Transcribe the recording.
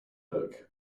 look